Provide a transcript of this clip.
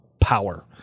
power